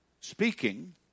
speaking